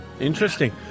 Interesting